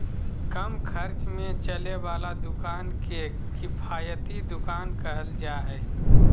कम खर्च में चले वाला दुकान के किफायती दुकान कहल जा हइ